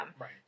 Right